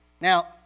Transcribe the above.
Now